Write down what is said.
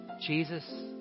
Jesus